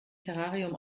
terrarium